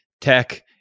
tech